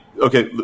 okay